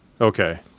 Okay